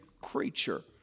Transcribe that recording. creature